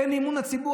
אין אמון של הציבור.